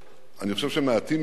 אני חושב שמעטים יודעים